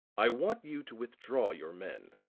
i want you to withdraw your men.